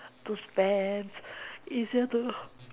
to spends easier to